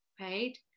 right